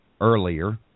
earlier